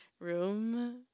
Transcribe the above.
room